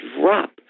drop